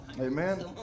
Amen